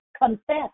Confess